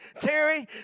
Terry